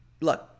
Look